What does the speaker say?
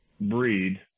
breed